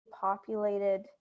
populated